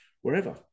wherever